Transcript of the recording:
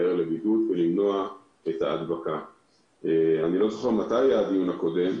אני לא זוכר מתי היה הדיון הקודם,